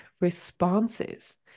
responses